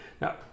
now